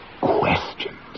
questions